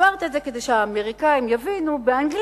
אמרת את זה כדי שהאמריקנים יבינו באנגלית